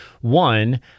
One